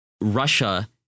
Russia